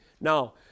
Now